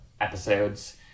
episodes